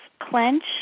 clench